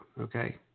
okay